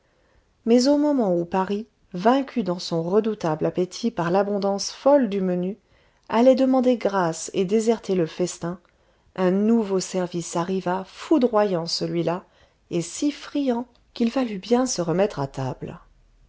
mais au moment où paris vaincu dans son redoutable appétit par l'abondance folle du menu allait demander grâce et déserter le festin un nouveau service arriva foudroyant celui-là et si friand qu'il fallut bien se remettre à table